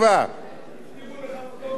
הבטיחו לך מקום שני ברשימה?